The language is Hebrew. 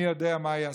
מי יודע מה היא עשתה.